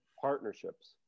partnerships